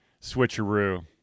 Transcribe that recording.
switcheroo